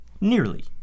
Nearly